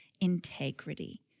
integrity